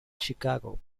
chicago